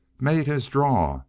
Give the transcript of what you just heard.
made his draw,